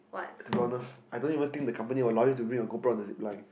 to be honest I don't even think the company will allow you bring your GoPro on the Zipline